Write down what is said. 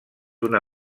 una